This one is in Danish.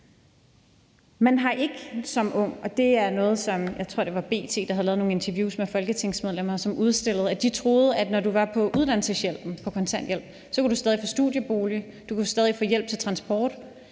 at have de timer er svært. Jeg tror, at det var B.T., der havde lavet nogle interviews med folketingsmedlemmer, som udstillede, at de troede, at når du var på uddannelseshjælpen inden for kontanthjælpen, kunne du stadig få en studiebolig og stadig få hjælp til transport,